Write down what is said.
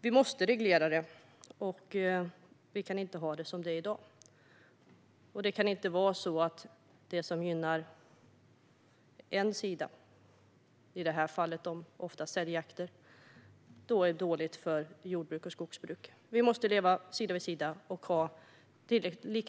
Vi måste reglera det. Vi kan inte ha det som det är i dag. Det kan inte vara så att det som gynnar en sida, i det här fallet oftast älgjakter, är dåligt för jordbruk och skogsbruk. Vi måste leva sida vid sida och ha så